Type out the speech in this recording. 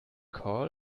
call